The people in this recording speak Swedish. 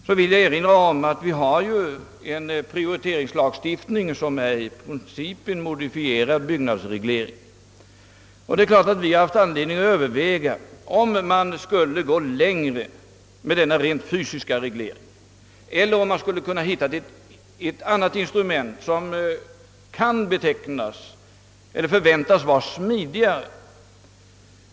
Jag vill erinra om att vi har en prioriteringslagstiftning, som i princip är en modifierad byggnadsreglering. Givetvis har vi haft anledning att överväga om man inte borde gå längre med denna rent fysiska reglering eller om man borde försöka finna något annat, smidigare instrument.